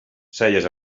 celles